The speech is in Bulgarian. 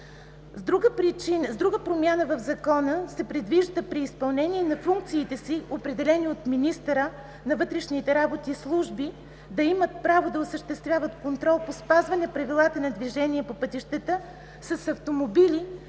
С друга промяна в Закона се предвижда при изпълнение на функциите си, определените от министъра на вътрешните работи служби да имат право да осъществяват контрол по спазване правилата за движение по пътищата с автомобили,